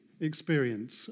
experience